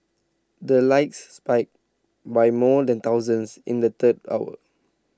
the likes spiked by more than thousands in the third hour